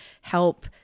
help